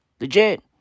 Legit